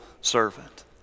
servant